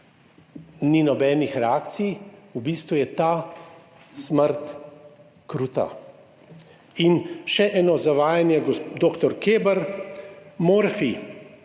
ni nobenih reakcij, v bistvu je ta smrt kruta. In še eno zavajanje dr. Kebra. Morfij.